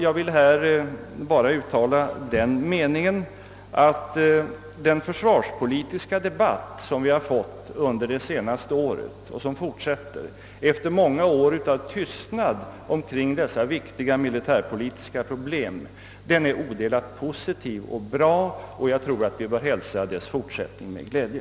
Jag vill här bara uttala den meningen att den försvarspolitiska debatt, som vi har fått under det senaste året och som fortsätter efter många år av tystnad omkring dessa mycket viktiga militärproblem, är odelat positiv och bra, och jag tror att vi bör hälsa dess fortsättning med glädje.